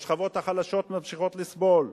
השכבות החלשות ממשיכות לסבול.